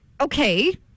Okay